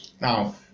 Now